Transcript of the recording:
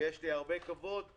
ויש לי הרבה כבוד,